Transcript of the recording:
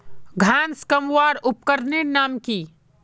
घांस कमवार उपकरनेर नाम की?